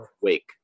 wake